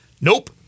Nope